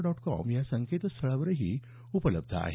dot com या संकेतस्थळावरही उपलब्ध आहे